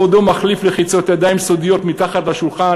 בעודו מחליף לחיצות ידיים סודיות מתחת לשולחן